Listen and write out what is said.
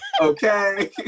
Okay